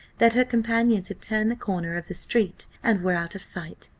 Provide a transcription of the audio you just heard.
that her companions had turned the corner of the street, and were out of sight.